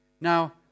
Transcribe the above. Now